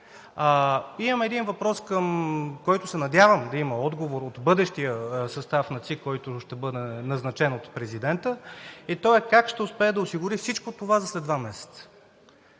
Имам един въпрос, на който се надявам да има отговор от бъдещия състав на ЦИК, който ще бъде назначен от президента, и той е: как ще успее да осигури всичко това за след два месеца?